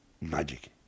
magic